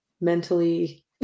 mentally